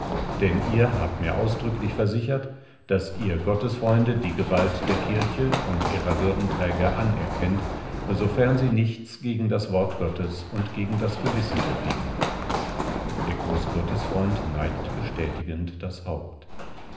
denn ihr habt mir ausdrücklich versichert daß ihr gottesfreunde die gewalt der kirche und ihrer würdenträger anerkennt sofern sie nichts gegen das wort gottes und gegen das gewissen befehlen der große gottesfreund neigt bestätigend das haupt